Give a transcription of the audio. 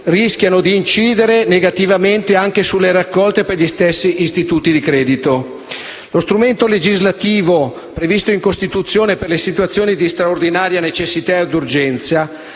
particolare con il *bail in -* anche sulle raccolte per gli stessi istituti di credito. Lo strumento legislativo previsto in Costituzione per le situazioni di straordinaria necessità e urgenza